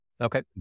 okay